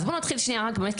בוא נתחיל שנייה רק באמת,